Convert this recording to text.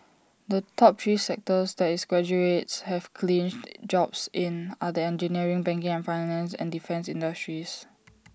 the top three sectors that its graduates have clinched jobs in are the engineering banking and finance and defence industries